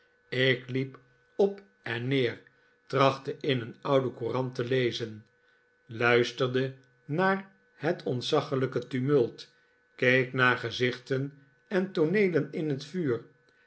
ik liep op en neer trachtte in een oude courant te lezen luisterde naar het ontzaglijke tumult keek naar gezichten en tooneelen in het vuur